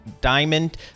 Diamond